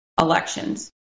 elections